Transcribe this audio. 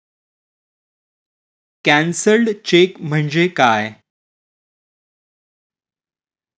Cancelled cheque म्हणजे काय?